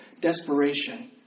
desperation